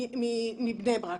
מבני ברק.